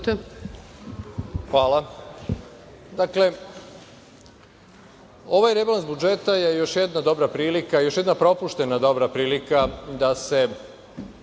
Hvala. Ovaj rebalans budžeta je još jedna dobra prilika, još jedna propuštena dobra prilika da se